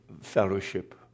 fellowship